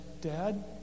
Dad